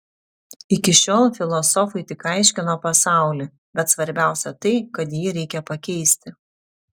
iki šiol filosofai tik aiškino pasaulį bet svarbiausia tai kad jį reikia pakeisti